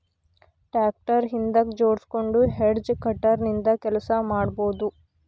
tractor ಹಿಂದಕ್ ಜೋಡ್ಸ್ಕೊಂಡು hedge cutter ನಿಂದ ಕೆಲಸ ಮಾಡ್ಬಹುದು